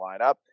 lineup